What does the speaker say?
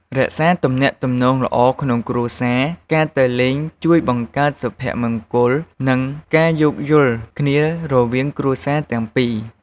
រក្សាទំនាក់ទំនងល្អក្នុងគ្រួសារ ការទៅលេងជួយបង្កើតសុភមង្គល និងការយោគយល់គ្នារវាងគ្រួសារទាំងពីរ។